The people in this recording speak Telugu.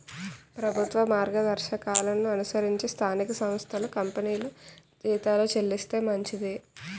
ప్రభుత్వ మార్గదర్శకాలను అనుసరించి స్థానిక సంస్థలు కంపెనీలు జీతాలు చెల్లిస్తే మంచిది